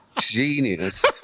genius